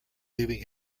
leaving